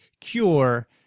cure